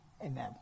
Amen